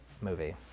movie